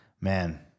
man